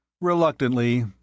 Reluctantly